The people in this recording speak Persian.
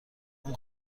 اون